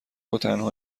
وتنها